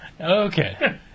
Okay